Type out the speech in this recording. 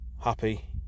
happy